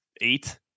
eight